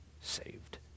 saved